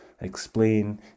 explain